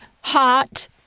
hot